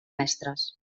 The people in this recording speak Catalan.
mestres